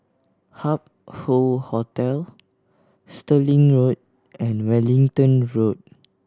Hup Hoe Hotel Stirling Road and Wellington Road